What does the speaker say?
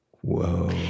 Whoa